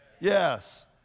Yes